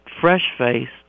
fresh-faced